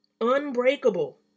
Unbreakable